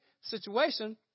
situation